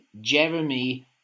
Jeremy